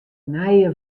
nije